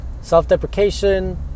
self-deprecation